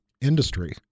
industry